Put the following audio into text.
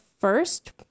first